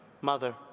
mother